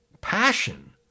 passion